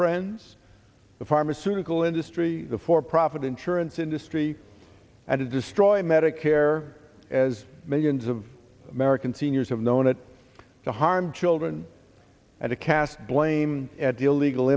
friends the pharmaceutical industry the for profit insurance industry and to destroy medicare as millions of american seniors have known it to harm children at a cast blame at the illegal